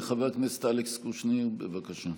חבר הכנסת אלכס קושניר, בבקשה.